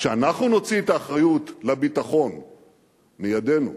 כשאנחנו נוציא את האחריות לביטחון מידינו,